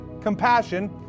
compassion